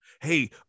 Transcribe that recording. Hey